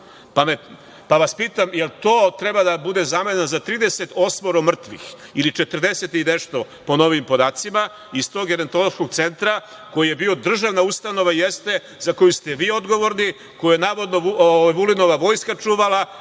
Pitam vas – jel to treba da bude zamena za 38 mrtvih ili četrdeset i nešto, po novim podacima, iz tog gerontološkog centra koji je bio državna ustanova, jeste, za koju ste vi odgovorni, koju je navodno Vulinova vojska čuvala,